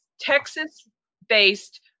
Texas-based